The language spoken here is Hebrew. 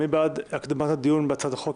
מי בעד הקדמת הדיון בהצעת החוק?